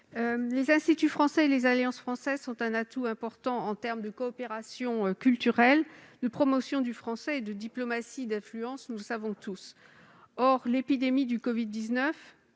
Les instituts français et les alliances françaises sont un atout important en termes de coopération culturelle, de promotion du français et de diplomatie d'influence, nous le savons tous. Or l'épidémie de la covid-19